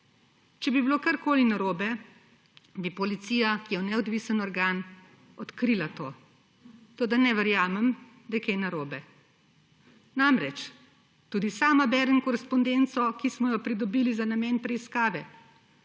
Če bi bilo karkoli narobe, bi policija, ki je neodvisen organ, to odkrila. Toda ne verjamem, da je kaj narobe. Namreč, tudi sama berem korespondenco, ki smo jo pridobili za namen preiskave,